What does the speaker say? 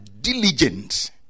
diligent